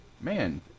Man